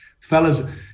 fellas